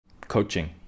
Coaching